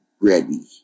ready